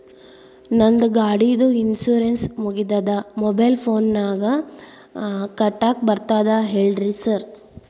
ನಂದ್ ಗಾಡಿದು ಇನ್ಶೂರೆನ್ಸ್ ಮುಗಿದದ ಮೊಬೈಲ್ ಫೋನಿನಾಗ್ ಕಟ್ಟಾಕ್ ಬರ್ತದ ಹೇಳ್ರಿ ಸಾರ್?